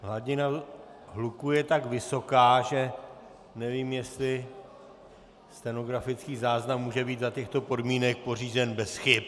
Hladina hluku je tak vysoká, že nevím, jestli stenografický záznam může být za těchto podmínek pořízen bez chyb.